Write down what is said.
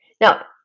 Now